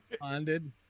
bonded